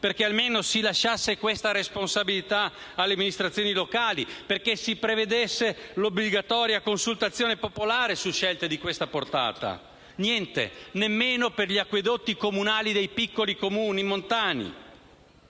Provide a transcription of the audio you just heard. perché almeno si lasciasse questa responsabilità alle amministrazioni locali; perché si prevedesse l'obbligatoria consultazione popolare su scelte di questa portata: niente, nemmeno per gli acquedotti comunali dei piccoli comuni montani.